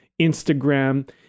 Instagram